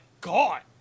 God